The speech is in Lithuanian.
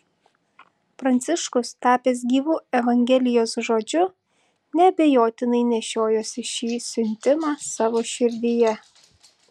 pranciškus tapęs gyvu evangelijos žodžiu neabejotinai nešiojosi šį siuntimą savo širdyje